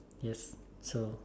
yes so